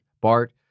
BART